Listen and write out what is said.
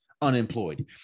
unemployed